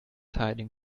hiding